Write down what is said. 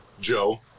Joe